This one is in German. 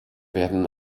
werden